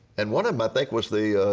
and one of them i think was the